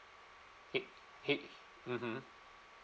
it it mmhmm